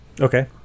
okay